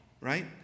right